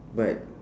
but